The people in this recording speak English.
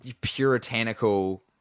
Puritanical